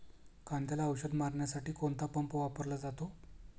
कांद्याला औषध मारण्यासाठी कोणता पंप वापरला जातो?